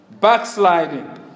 backsliding